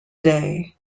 day